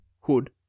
Hood